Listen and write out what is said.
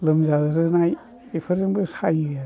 लोमजाज्रोनाय बेफोरजोंबो सायो आरो